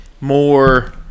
more